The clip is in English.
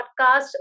podcast